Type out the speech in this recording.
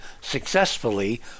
successfully